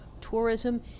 tourism